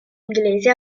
inglese